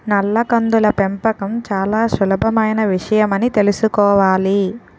నల్ల కందుల పెంపకం చాలా సులభమైన విషయమని తెలుసుకోవాలి